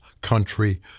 country